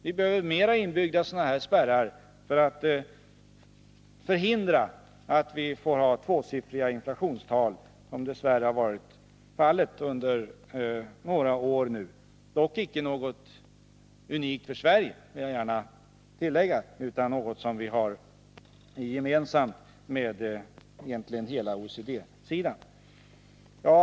Vi behöver fler inbyggda spärrar för att förhindra att vi får tvåsiffriga inflationstal, vilket dessvärre har varit fallet under några år nu — det är dock inte något unikt för Sverige, utan det har vi gemensamt med hela OECD-området.